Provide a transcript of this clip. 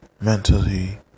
mentally